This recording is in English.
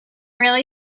really